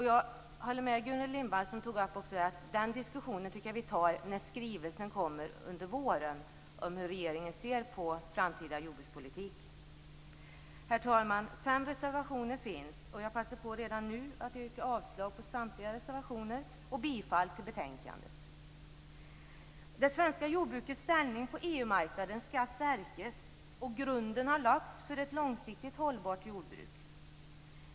Jag håller med Gudrun Lindvall om att den diskussionen kan vi ta till våren när den skrivelse kommer som handlar om hur regeringen ser på den framtida jordbrukspolitiken. Herr talman! Det finns fem reservationer. Jag passar på att redan nu yrka avslag på samtliga reservationer samt bifall till hemställan i betänkandet. marknaden skall stärkas. Grunden har lagts för ett långsiktigt hållbart jordbruk.